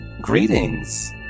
Greetings